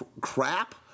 crap